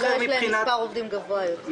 יש להם מספר עובדים גדול יותר.